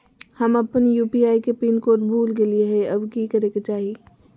हम अपन यू.पी.आई के पिन कोड भूल गेलिये हई, अब की करे के चाही?